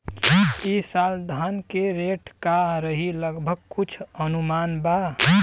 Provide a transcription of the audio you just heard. ई साल धान के रेट का रही लगभग कुछ अनुमान बा?